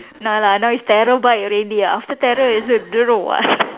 no lah now is terabyte already ah after tera is a don't know what